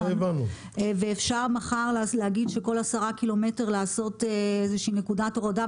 אפשר להגיד מחר שכל עשרה קילומטר עושים איזושהי נקודת הורדה,